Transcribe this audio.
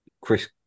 Chris